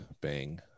Bang